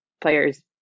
players